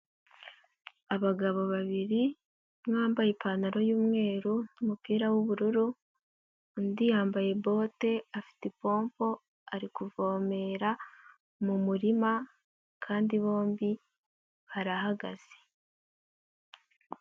Abagabo babiri, umwe wambaye ipantaro y'umweru n'umupira w'ubururu, undi yambaye bote afite pompo ari kuvomera mu murima kandi bombi barahagaze.